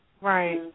Right